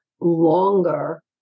longer